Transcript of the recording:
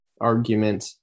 argument